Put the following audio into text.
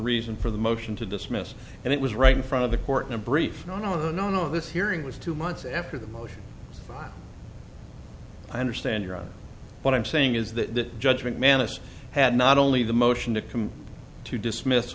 reason for the motion to dismiss and it was right in front of the court in a brief no no no no this hearing was two months after the motion i understand you're on what i'm saying is that the judgment mannus had not only the motion to come to dismiss